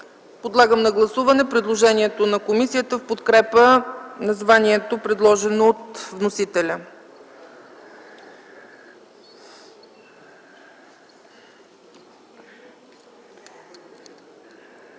Моля да гласуваме предложението на комисията в подкрепа названието, предложено от вносителя.